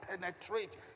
penetrate